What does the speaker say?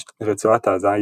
רצועת עזה,